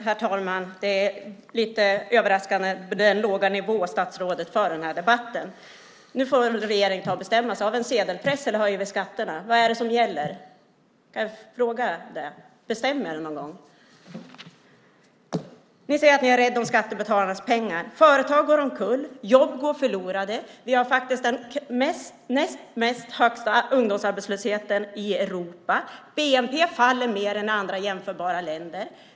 Herr talman! Den låga nivå som statsrådet för den här debatten på är lite överraskande. Nu får regeringen bestämma sig. Har vi en sedelpress eller höjer vi skatterna? Vad är det som gäller? Bestäm er någon gång! Ni säger att ni är rädda om skattebetalarnas pengar. Företag går omkull, jobb går förlorade och vi har faktiskt den näst högsta ungdomsarbetslösheten i Europa. Bnp faller mer än i andra jämförbara länder.